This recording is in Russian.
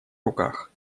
руках